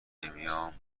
نمیام